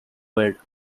were